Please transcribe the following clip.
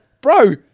bro